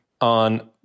on